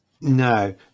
no